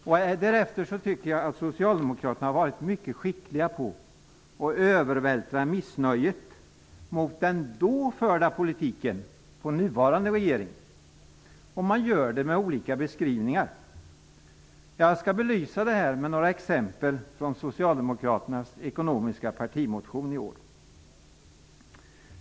Jag tycker att socialdemokraterna därefter har varit mycket skickliga på att vältra över missnöjet med den då förda politiken på nuvarande regering. Man gör det med olika beskrivningar. Jag skall belysa det med några exempel från socialdemokraternas ekonomiska partimotion i år.